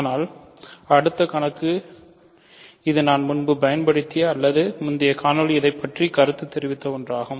ஆனால் அடுத்த கணக்கு இது நான் முன்பு பயன்படுத்திய அல்லது முந்தைய காணொளியில் இதைப் பற்றி கருத்து தெரிவித்த ஒன்றாகும்